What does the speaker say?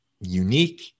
unique